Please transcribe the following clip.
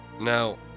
Now